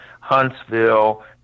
Huntsville